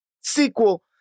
sequel